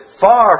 far